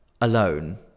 alone